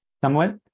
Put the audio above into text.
Somewhat